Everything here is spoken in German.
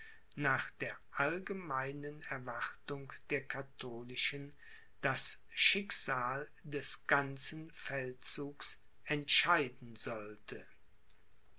nach der allgemeinen erwartung der katholischen das schicksal des ganzen feldzugs entscheiden sollte